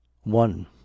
one